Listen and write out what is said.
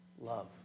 love